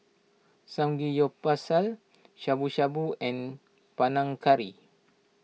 Samgeyopsal Shabu Shabu and Panang Curry